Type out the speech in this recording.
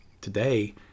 Today